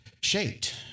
shaped